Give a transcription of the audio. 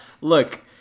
Look